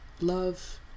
Love